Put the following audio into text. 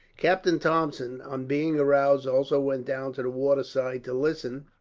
captain thompson, on being aroused, also went down to the waterside to listen